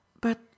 but